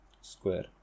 square